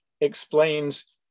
explains